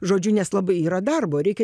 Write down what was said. žodžiu nes labai yra darbo reikia